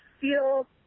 feel